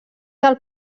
del